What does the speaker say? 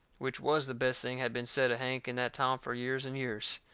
which was the best thing had been said of hank in that town fur years and years.